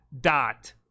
dot